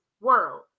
world